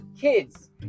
kids